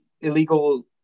illegal